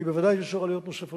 היא בוודאי תיצור עלויות נוספות.